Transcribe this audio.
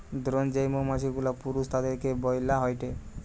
drone যেই মৌমাছি গুলা পুরুষ তাদিরকে বইলা হয়টে